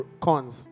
cons